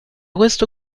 questo